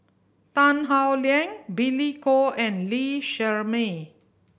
Tan Howe Liang Billy Koh and Lee Shermay